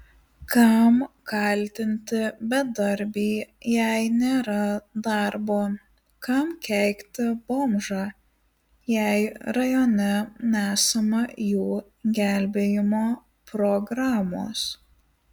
kam kaltinti bedarbį jei nėra darbo kam keikti bomžą jei rajone nesama jų gelbėjimo programos